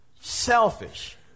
selfish